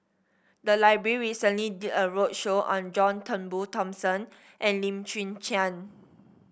the library recently did a roadshow on John Turnbull Thomson and Lim Chwee Chian